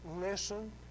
Listen